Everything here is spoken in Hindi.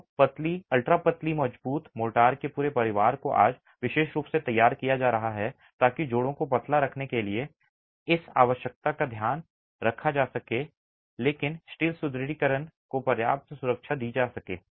तो पतली अल्ट्रा पतली मजबूत मोर्टार के पूरे परिवार को आज विशेष रूप से तैयार किया जा रहा है ताकि जोड़ों को पतला रखने की इस आवश्यकता का ध्यान रखा जा सके लेकिन स्टील सुदृढीकरण को पर्याप्त सुरक्षा दी जा सके